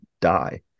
die